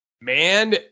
man